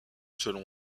selon